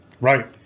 Right